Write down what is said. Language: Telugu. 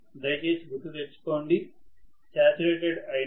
దయచేసి గుర్తుచేసుకోండి శాచ్యురేటెడ్ అయినది